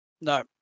No